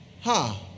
Ha